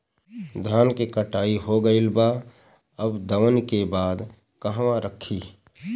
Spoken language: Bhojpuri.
धान के कटाई हो गइल बा अब दवनि के बाद कहवा रखी?